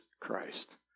Christ